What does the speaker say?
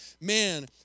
man